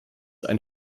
ein